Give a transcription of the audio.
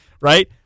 right